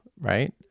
right